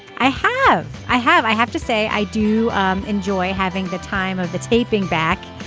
i have. i have. i have to say, i do enjoy having the time of the taping back,